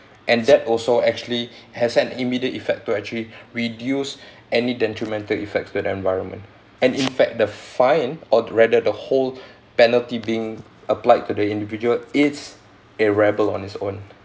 and that also actually has an immediate effect to actually reduce any detrimental effects to the environment and in fact the fine or rather the whole penalty being applied to the individual is a rebel on its own